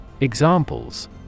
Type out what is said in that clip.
Examples